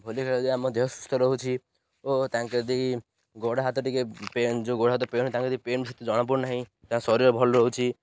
ଭଲି ଖେଳ ଆମ ଦେହ ସୁସ୍ଥ ରହୁଛି ଓ ତାଙ୍କର ଯଦି ଗୋଡ଼ ହାତ ଟିକେ ପେନ୍ ଯେଉଁ ଗୋଡ଼ ହାତ ପେନ୍ ତାଙ୍କ ଯଦି ପେନ୍ ସେ ଜଣାପଡ଼ୁନାହିଁ ତାଙ୍କ ଶରୀର ଭଲ ରହୁଛି